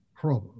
problem